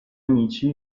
amici